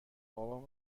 بابام